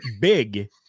Big